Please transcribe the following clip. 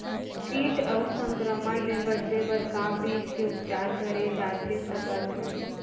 किट अऊ संक्रमण ले बचे बर का बीज के उपचार करे जाथे सकत हे?